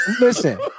Listen